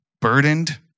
burdened